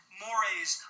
mores